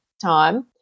time